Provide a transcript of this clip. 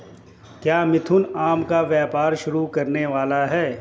क्या मिथुन आम का व्यापार शुरू करने वाला है?